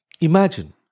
Imagine